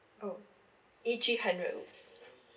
oh E three hundred !oops!